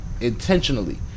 intentionally